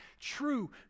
true